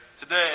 today